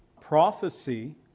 prophecy